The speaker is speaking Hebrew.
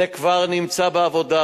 זה כבר נמצא בעבודה,